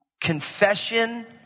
Confession